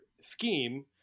scheme